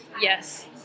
Yes